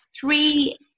three